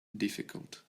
difficult